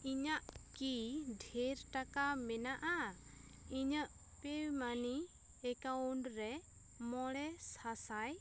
ᱤᱧᱟᱹᱜ ᱠᱤ ᱰᱷᱮᱨ ᱴᱟᱠᱟ ᱢᱮᱱᱟᱜᱼᱟ ᱤᱧᱟᱹᱜ ᱯᱮ ᱢᱟᱱᱤ ᱮᱠᱟᱣᱩᱱᱴ ᱨᱮ ᱢᱚᱬᱮ ᱥᱟᱥᱟᱭ